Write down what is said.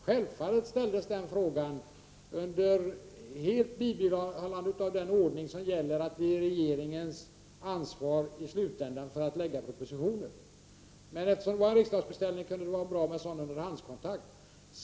Självfallet ställdes frågan med fullständigt bevarande av den ordning som gäller, nämligen att det är regeringens ansvar att i slutänden framlägga propositionen. Men eftersom detta var en riksdagsbeställning kunde det vara bra med en sådan kontakt under hand.